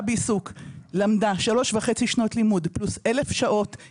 באים נציגי האוצר שעושים